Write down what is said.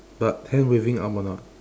but hand waving arm or not